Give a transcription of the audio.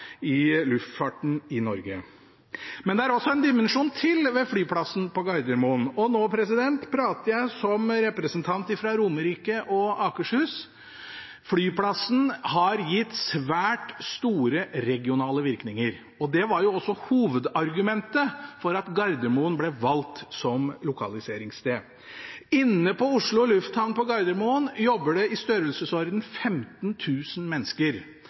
i luftfarten i Norge. Men det er en dimensjon til ved flyplassen på Gardermoen, og nå prater jeg som representant fra Romerike og Akershus. Flyplassen har gitt svært store regionale virkninger. Det var også hovedargumentet for å velge Gardermoen som lokaliseringssted. Inne på Oslo lufthavn på Gardermoen jobber det i størrelsesorden 15 000 mennesker.